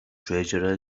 treasure